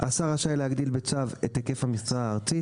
השר רשאי להגדיל בצו את היקף המכסה הארצית,